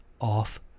off